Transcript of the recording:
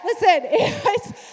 listen